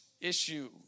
issue